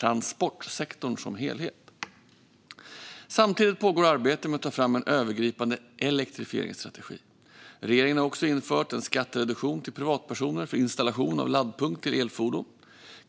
transportsektorn som helhet. Samtidigt pågår arbete med att ta fram en övergripande elektrifieringsstrategi. Regeringen har också infört en skattereduktion till privatpersoner för installation av laddpunkt till elfordon.